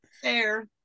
Fair